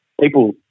people